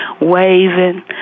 waving